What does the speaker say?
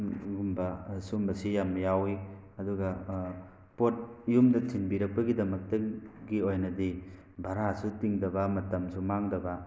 ꯒꯨꯝꯕ ꯁꯨꯝꯕꯁꯤ ꯌꯥꯝꯅ ꯌꯥꯎꯋꯤ ꯑꯗꯨꯒ ꯄꯣꯠ ꯌꯨꯝꯗ ꯊꯤꯟꯕꯤꯔꯛꯄꯒꯤꯗꯃꯛꯇꯒꯤ ꯑꯣꯏꯅꯗꯤ ꯚꯔꯥꯁꯨ ꯇꯤꯡꯗꯕ ꯃꯇꯝꯁꯨ ꯃꯥꯡꯗꯕ